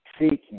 seeking